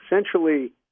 essentially